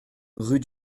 rue